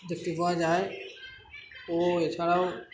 দেখটি পাওয়া যায় ও এছাড়াও